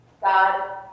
God